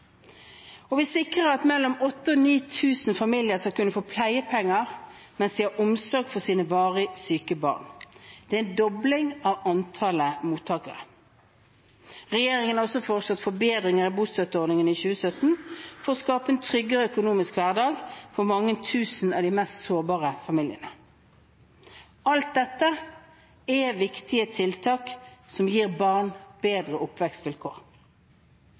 barn. Vi sikrer at mellom 8 000 og 9 000 familier skal kunne få pleiepenger mens de har omsorg for sine varig syke barn. Det er en dobling av antallet mottakere. Regjeringen har også foreslått forbedringer i bostøtteordningen i 2017 for å skape en tryggere økonomisk hverdag for mange tusen av de mest sårbare familiene. – Alt dette er viktige tiltak som gir barn bedre oppvekstvilkår.